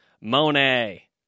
Monet